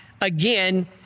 again